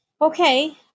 Okay